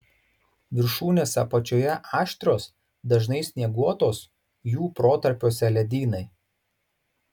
viršūnės apačioje aštrios dažnai snieguotos jų protarpiuose ledynai